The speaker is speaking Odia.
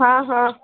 ହଁ ହଁ